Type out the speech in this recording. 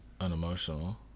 Unemotional